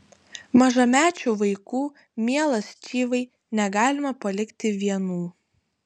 mažamečių vaikų mielas čyvai negalima palikti vienų